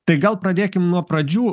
tai gal pradėkim nuo pradžių